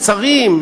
קצרים,